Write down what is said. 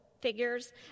figures